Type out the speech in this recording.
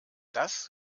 das